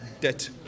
debt